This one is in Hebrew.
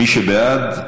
מי שבעד,